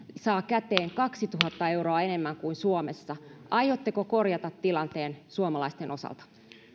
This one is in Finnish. saa käteen kaksituhatta euroa enemmän kuin suomessa aiotteko korjata tilanteen suomalaisten osalta